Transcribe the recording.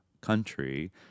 country